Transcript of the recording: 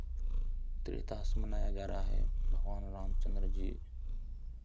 त्रेता से मनाया जा रहा है भगवान रामचन्द्र जी